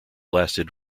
lasted